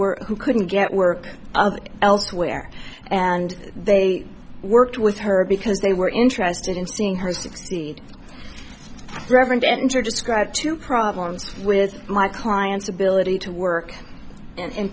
were who couldn't get work elsewhere and they worked with her because they were interested in seeing her succeed reverend enter described two problems with my clients ability to work and in